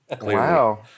wow